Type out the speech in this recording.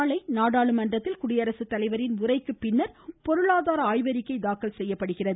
நாளை நாடாளுமன்றத்தில் குடியரசு தலைவரின் உரைக்குப் பின்னர் பொருளாதார ஆய்வறிக்கை தாக்கல் செய்யப்படுகிறது